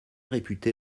réputé